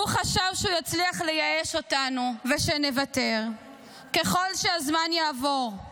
הוא חשב שהוא שיצליח לייאש אותנו ושנוותר ככל שהזמן יעבור.